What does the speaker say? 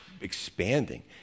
expanding